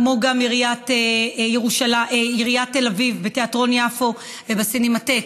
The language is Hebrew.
כמו גם עיריית תל אביב ותיאטרון יפו והסינמטק,